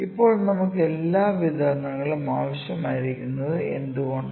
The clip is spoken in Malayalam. ഇപ്പോൾ നമുക്ക് എല്ലാ വിതരണങ്ങളും ആവശ്യമായിരിക്കുന്നത് എന്തുകൊണ്ട്